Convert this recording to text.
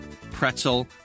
pretzel